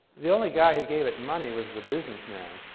the only guy who gave it money was the businessman.